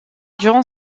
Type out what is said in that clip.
durant